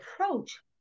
approach